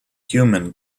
human